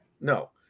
No